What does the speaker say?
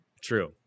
True